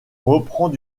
reprend